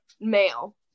male